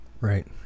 right